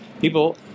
People